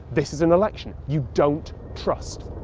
this is an election. you don't trust.